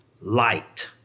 light